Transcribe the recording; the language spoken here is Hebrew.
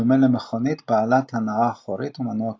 בדומה למכוניות בעלות הנעה אחורית ומנוע קדמי.